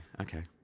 Okay